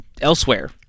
elsewhere